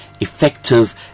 effective